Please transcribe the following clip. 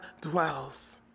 dwells